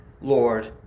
Lord